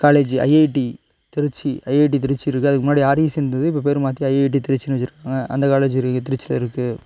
காலேஜி IIT Trichy IIT Trichy இருக்கு அதுக்கு முன்னாடி ஆர்இசி இருந்துது இப்போ பேர் மாற்றி ஐஐடி திருச்சின்னு வச்சிருக்காங்க அந்த காலேஜ் இருக்கு திருச்சியில இருக்கு